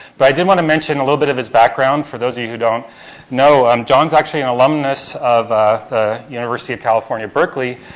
but i did wanna mention a little bit of his background, for those of you who don't know. um john's actually an alumnus of the ah ah university of california, berkeley.